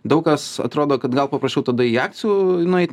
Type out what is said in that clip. daug kas atrodo kad gal paprasčiau tada į akcijų nueit